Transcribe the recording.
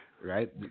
Right